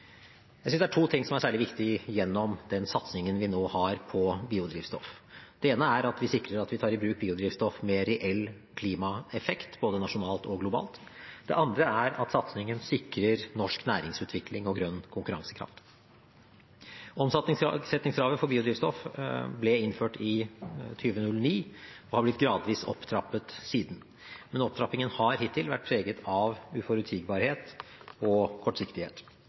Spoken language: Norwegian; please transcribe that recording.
Jeg synes det er to ting som er særlig viktig gjennom den satsingen vi nå har på biodrivstoff. Det ene er at vi sikrer at vi tar i bruk biodrivstoff med reell klimaeffekt, både nasjonalt og globalt. Det andre er at satsingen sikrer norsk næringslivsutvikling og grønn konkurransekraft. Omsetningskravet for biodrivstoff ble innført i 2009 og har blitt gradvis opptrappet siden, men opptrappingen har hittil vært preget av uforutsigbarhet og kortsiktighet.